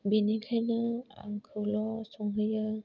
बेनिखायनो आंखौल' संहोयो